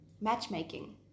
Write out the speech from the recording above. matchmaking